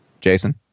Jason